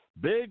Big